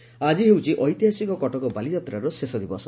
ବାଲିଯାତ୍ରା ଆଜି ହେଉଛି ଐତିହାସିକ କଟକ ବାଲିଯାତ୍ରାର ଶେଷ ଦିବସ